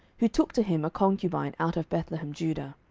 who took to him a concubine out of bethlehemjudah.